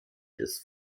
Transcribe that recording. ist